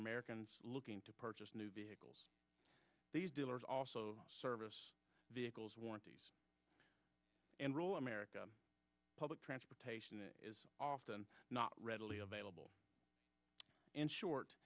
americans looking to purchase new vehicles these dealers also service vehicles want to and rule america public transportation is often not readily available in short